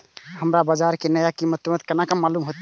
हमरा बाजार के नया कीमत तुरंत केना मालूम होते?